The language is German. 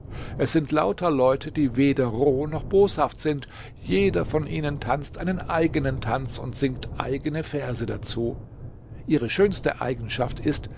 es sind lauter leute die weder roh noch boshaft sind jeder von ihnen tanzt einen eigenen tanz und singt eigene verse dazu ihre schönste eigenschaft ist